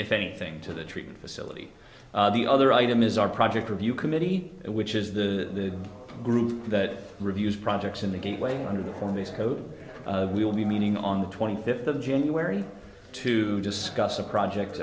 if anything to the treatment facility the other item is our project review committee which is the group that reviews projects in the gateway under the formis code we will be meeting on the twenty fifth of january to discuss a project